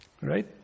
right